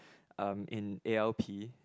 um in A_L_P